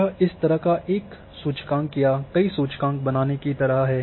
यह इस तरह का एक सूचकांक या कई सूचकांक बनाने की तरह है